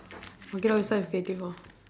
okay lor you start with creative lor